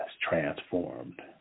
transformed